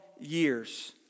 years